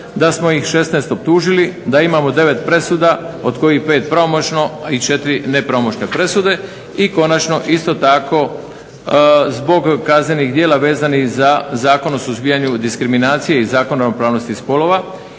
da smo ih 16 optužili, da imamo 9 presuda od kojih 5 pravomoćno i 4 nepravomoćne presude. I konačno isto tako zbog kaznenih djela vezanih za Zakon o suzbijanju diskriminacije i Zakon o ravnopravnosti spolova